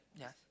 yeah